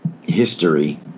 history